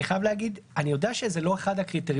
אני חייב להגיד אני יודע שזה לא אחד הקריטריונים